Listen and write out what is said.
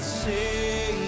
say